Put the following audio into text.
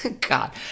god